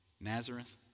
Nazareth